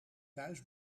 thuis